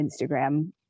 Instagram